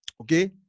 Okay